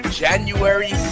january